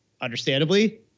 understandably